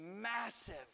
massive